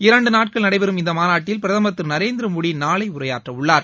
இரண்டு நாட்கள் நடைபெறும் மாநாட்டில் பிரதமர் இந்த திரு நரேந்திரமோடி நாளை உரையாற்ற உள்ளார்